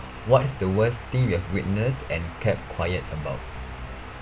what is the worst thing you've witnessed and kept quiet about